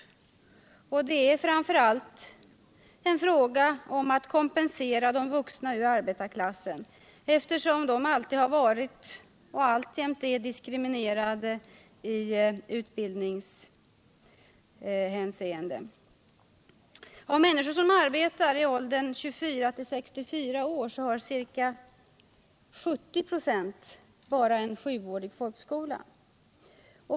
Det är framför allt en fråga om att kompensera de vuxna ur arbetarklassen, eftersom de alltid har varit och alltjämt är diskriminerade i utbildningsavseende. Av människor som arbetar och är i åldern 20-64 år har ca 70 96 endast sjuårig folkskola.